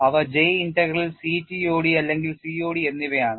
അവ J integral CTOD അല്ലെങ്കിൽ COD എന്നിവയാണ്